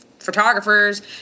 photographers